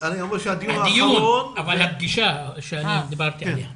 הדיון, אבל הפגישה שאני דיברתי עליה.